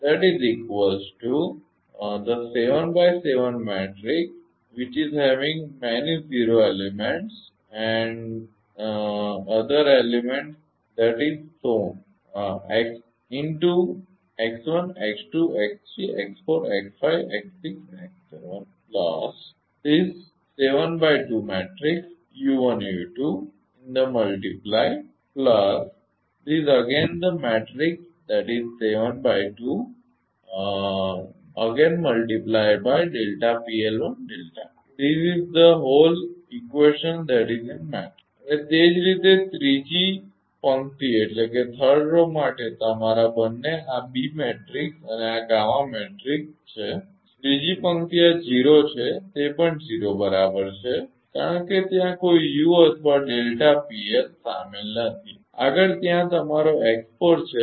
તમે નીચે બતાવેલ મેટ્રિક્સથી અવલોકન કરી શકો છો અને તે જ રીતે ત્રીજી પંક્તિ માટે તમારા બંને આ બી મેટ્રિક્સ છે આ ગામા મેટ્રિક્સ છે ત્રીજી પંક્તિ આ 0 છે તે પણ 0 બરાબર છે કારણ કે ત્યાં કોઈ યુ અથવા ડેલ્ટા પીએલ સામેલ નથી આગળ ત્યાં તમારો x4 છે